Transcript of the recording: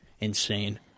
insane